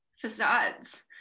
facades